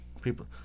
People